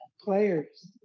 players